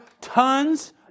tons